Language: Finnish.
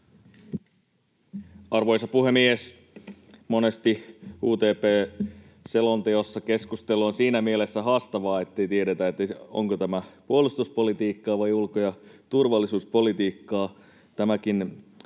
Arvoisa puhemies! Monesti UTP-selonteossa keskustelu on siinä mielessä haastavaa, ettei tiedetä, onko tämä puolustuspolitiikkaa vai ulko‑ ja turvallisuuspolitiikkaa. Tämäkin asia,